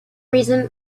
reason